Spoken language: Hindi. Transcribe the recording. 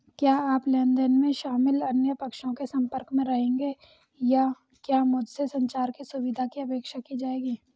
क्या आप लेन देन में शामिल अन्य पक्षों के संपर्क में रहेंगे या क्या मुझसे संचार की सुविधा की अपेक्षा की जाएगी?